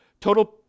Total